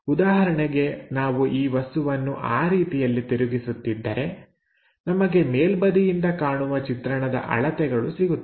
ಉದಾಹರಣೆಗೆ ನಾವು ಈ ವಸ್ತುವನ್ನು ಆ ರೀತಿಯಲ್ಲಿ ತಿರುಗಿಸುತ್ತಿದ್ದರೆ ನಮಗೆ ಮೇಲ್ಬದಿಯಿಂದ ಕಾಣುವ ಚಿತ್ರಣದ ಅಳತೆಗಳು ಸಿಗುತ್ತದೆ